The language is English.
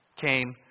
came